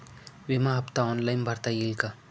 विमा हफ्ता ऑनलाईन भरता येईल का?